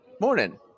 morning